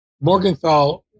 Morgenthau